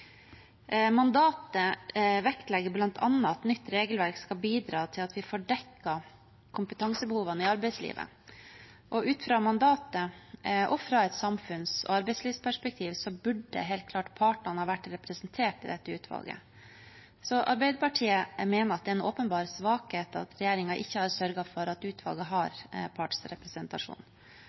Mandatet vektlegger bl.a. at nytt regelverk skal bidra til at vi får dekket kompetansebehovene i arbeidslivet. Ut fra mandatet og fra et samfunns- og arbeidslivsperspektiv burde helt klart partene vært representert i dette utvalget. Så Arbeiderpartiet mener at det er en åpenbar svakhet at regjeringen ikke har sørget for at utvalget har